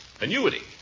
Annuity